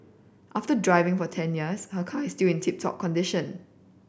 after driving for ten years her car is still in tip top condition